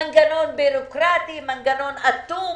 מנגנון בירוקרטי, מנגנון אטום,